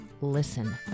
listen